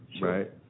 right